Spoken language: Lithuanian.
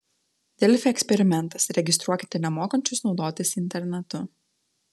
delfi eksperimentas registruokite nemokančius naudotis internetu